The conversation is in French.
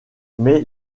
mais